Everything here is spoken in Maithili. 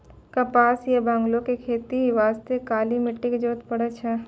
कपास या बांगो के खेती बास्तॅ काली मिट्टी के जरूरत पड़ै छै